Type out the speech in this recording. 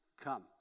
come